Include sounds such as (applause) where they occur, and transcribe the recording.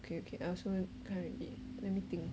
okay okay I also want (noise) let me think